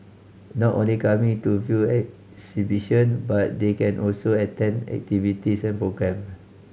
not only coming to view exhibition but they can also attend activities and program